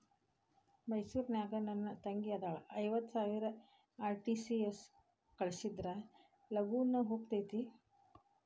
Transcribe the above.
ಮೈಸೂರ್ ನಾಗ ನನ್ ತಂಗಿ ಅದಾಳ ಐವತ್ ಸಾವಿರ ಆರ್.ಟಿ.ಜಿ.ಎಸ್ ಕಳ್ಸಿದ್ರಾ ಲಗೂನ ಹೋಗತೈತ?